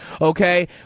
Okay